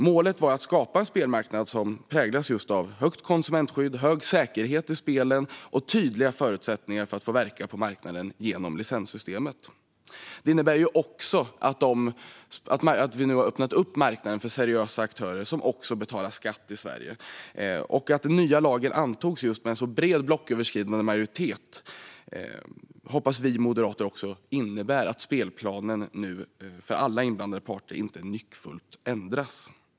Målet var att skapa en spelmarknad som präglas av högt konsumentskydd, hög säkerhet i spelen och tydliga förutsättningar för att få verka på marknaden genom licenssystemet. Detta innebär också att vi nu har öppnat marknaden för seriösa aktörer, som också betalar skatt i Sverige. Att den nya lagen antogs med en så bred blocköverskridande majoritet hoppas vi moderater innebär att spelplanen för alla inblandade parter inte nyckfullt ändras.